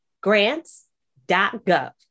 grants.gov